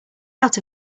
out